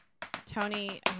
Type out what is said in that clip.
Tony